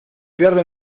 pierde